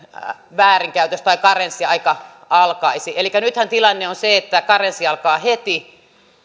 väärinkäytös tai karenssiaika alkaisi elikkä nythän tilanne on se että karenssi alkaa heti